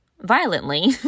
violently